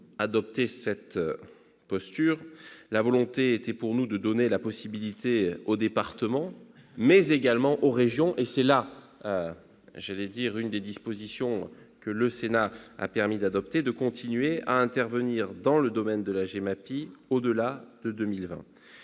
adopté cette posture ? Nous avions la volonté de donner la possibilité aux départements, mais également aux régions- c'est l'une des dispositions que le Sénat a permis d'adopter -de continuer à intervenir dans le domaine de la GEMAPI au-delà de 2020.